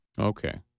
Okay